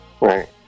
Right